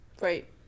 Right